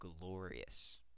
glorious